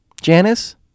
Janice